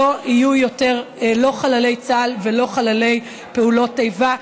שלא יהיו יותר לא חללי צה"ל ולא חללי פעולות איבה,